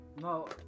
No